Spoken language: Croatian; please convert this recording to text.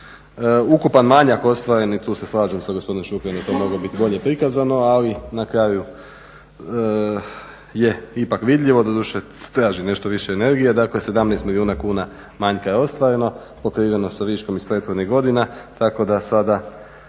Ukupan manjak ostvareni tu se slažem sa gospodinom Šukerom to bi moglo biti bolje prikazano, ali na kraju je ipak vidljivo. Doduše traži nešto više energije, dakle 17 milijuna kuna manjka je ostvareno, pokriveno sa viškom iz prethodnih godina tako da sada